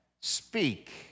speak